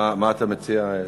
מה, מה אתה מציע, אדוני?